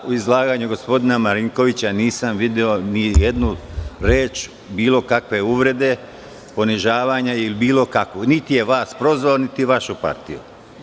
U izlaganju gospodina Marinkovića nisam video ni jednu reč bilo kakve uvrede, ponižavanja, niti je vas prozvao, niti vašu partiju.